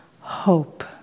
Hope